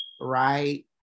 right